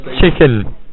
chicken